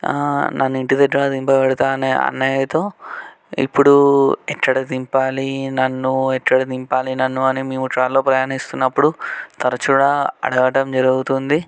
నన్ను ఇంటి దగ్గర దింపబెడుతూనే అన్నయ్యతో ఇప్పుడు ఎక్కడ దింపాలి నన్ను ఎక్కడ దింపాలి నన్ను అని మేము కారులో ప్రయాణిస్తున్నప్పుడు తరచుగా అడగడం జరుగుతుంది